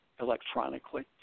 electronically